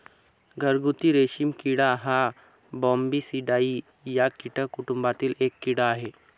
घरगुती रेशीम किडा हा बॉम्बीसिडाई या कीटक कुटुंबातील एक कीड़ा आहे